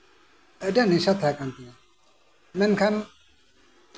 ᱟᱹᱰᱤ ᱟᱸᱴ ᱱᱮᱥᱟ ᱛᱟᱸᱦᱮ ᱠᱟᱱ ᱛᱤᱧᱟᱹ ᱢᱮᱱᱠᱷᱟᱱ